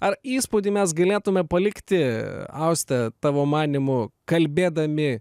ar įspūdį mes galėtume palikti austa tavo manymu kalbėdami